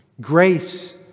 Grace